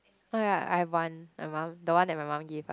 I have one my mum the one that my mum give uh